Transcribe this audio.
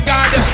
God